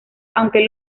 aunque